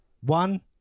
One